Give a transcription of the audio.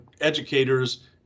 educators